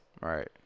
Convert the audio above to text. Right